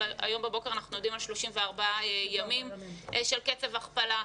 הבוקר אנחנו עומדים על 34 ימים של קצב הכפלה.